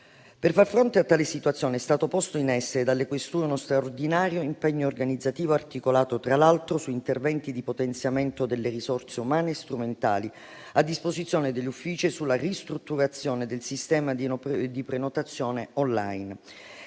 Per far fronte a tale situazione, è stato posto in essere dalle questure uno straordinario impegno organizzativo, articolato, tra l'altro, in interventi di potenziamento delle risorse umane e strumentali a disposizione degli uffici e nella ristrutturazione del sistema di prenotazione *online*.